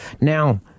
Now